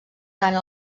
tant